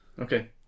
okay